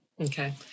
Okay